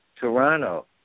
Toronto